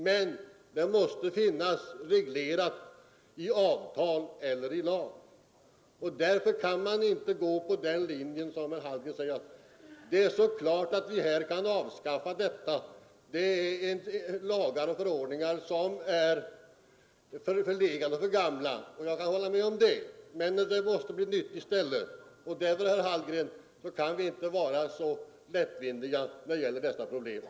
Men det måste finnas reglerat i avtal eller i lag. Därför kan man inte gå på den linjen herr Hallgren förordar och säga att det är så klart att vi kan avskaffa dessa lagar och förordningar som är förlegade. Jag kan hålla med om att de är förlegade, men det måste bli något nytt i stället. Därför, herr Hallgren, kan vi inte behandla dessa problem så lättvindigt.